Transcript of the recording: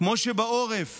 כמו שבעורף